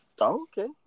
Okay